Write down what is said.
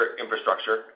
infrastructure